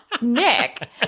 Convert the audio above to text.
Nick